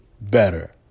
better